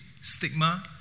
stigma